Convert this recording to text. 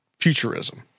futurism